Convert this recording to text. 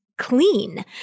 Clean